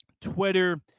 Twitter